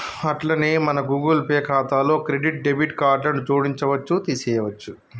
అట్లనే మన Google Pay ఖాతాలో క్రెడిట్ డెబిట్ కార్డులను జోడించవచ్చు తీసేయొచ్చు